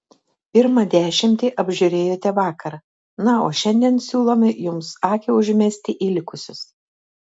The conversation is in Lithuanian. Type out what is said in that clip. pirmą dešimtį apžiūrėjote vakar na o šiandien siūlome jums akį užmesti į likusius